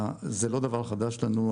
זה לא דבר חדש לנו,